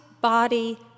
body